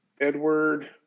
Edward